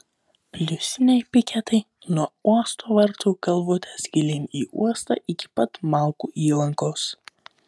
pliusiniai piketai nuo uosto vartų galvutės gilyn į uostą iki pat malkų įlankos